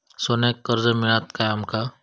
सोन्याक कर्ज मिळात काय आमका?